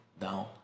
down